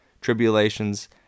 tribulations